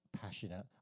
passionate